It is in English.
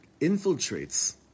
infiltrates